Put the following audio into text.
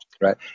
right